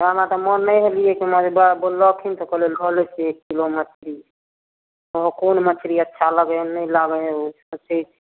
तेँ हमरा तऽ मोन नहि हइ लैके ई बा बोललखिन तऽ कहलिए लऽ लै छिए एक किलो मछरी तऽ कोन मछरी अच्छा लगैए नहि लागैए से छै